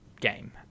game